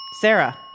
Sarah